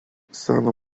seno